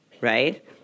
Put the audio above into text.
right